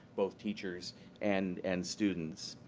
both teachers and and students.